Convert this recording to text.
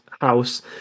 house